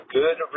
good